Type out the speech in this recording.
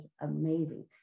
amazing